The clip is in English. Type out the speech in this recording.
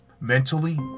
mentally